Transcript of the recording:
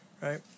Right